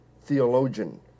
theologian